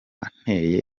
nteye